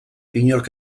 inork